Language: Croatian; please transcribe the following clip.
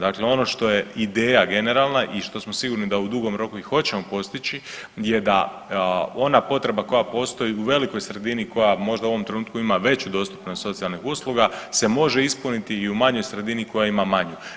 Dakle, ono što je ideja generalna i što smo sigurni da u dugom roku i hoćemo postići je da ona potreba koja postoji u velikoj sredini koja možda u ovom trenutku ima veću dostupnost socijalnih usluga se može ispuniti i u manjoj sredini koja ima manju.